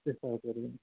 त्यस्तो खालकोहरू